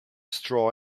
straw